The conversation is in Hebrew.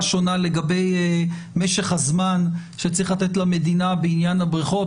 שונה לגבי משך הזמן שצריך לתת למדינה בעניין הבריכות,